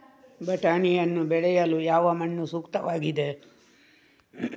ಬಟಾಣಿಯನ್ನು ಬೆಳೆಯಲು ಯಾವ ಮಣ್ಣು ಸೂಕ್ತವಾಗಿದೆ?